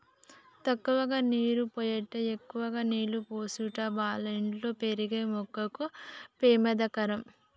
తక్కువ నీరు పోయుట ఎక్కువ నీళ్ళు పోసుట వల్ల ఇంట్లో పెరిగే మొక్కకు పెమాదకరం